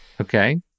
Okay